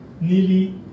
nearly